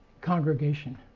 congregation